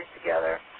together